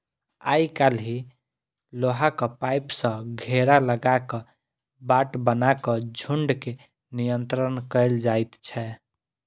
आइ काल्हि लोहाक पाइप सॅ घेरा लगा क बाट बना क झुंड के नियंत्रण कयल जाइत छै